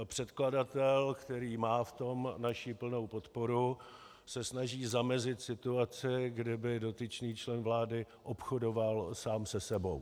Předkladatel, který v tom má naši plnou podporu, se snaží zamezit situaci, kdy by dotyčný člen vlády obchodoval sám se sebou.